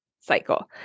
cycle